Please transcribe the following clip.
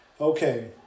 okay